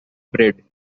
bread